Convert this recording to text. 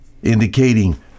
Indicating